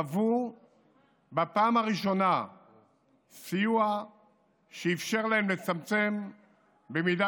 חוו בפעם הראשונה סיוע שאפשר להם לצמצם במידה